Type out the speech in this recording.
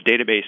database